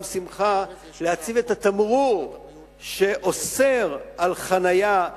שמחה סמכות להציב את התמרור שאוסר חנייה,